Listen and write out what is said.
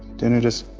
dinner, just,